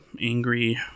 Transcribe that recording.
angry